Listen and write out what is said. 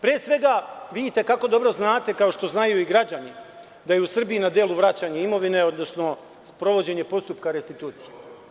Pre svega vidite kako dobro znate kao što znaju i građani da je u Srbiji na delu vraćanje imovine, odnosno sprovođenje postupka restitucije.